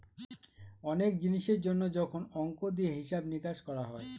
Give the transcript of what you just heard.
অনেক জিনিসের জন্য যখন অংক দিয়ে হিসাব নিকাশ করা হয়